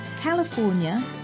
California